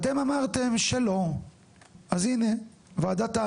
הנה, אני מדייק את זה הרגע.